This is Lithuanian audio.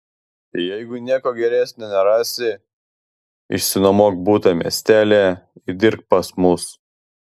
jeigu nieko geresnio nerasi išsinuomok butą miestelyje ir dirbk pas mus